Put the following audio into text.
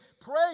pray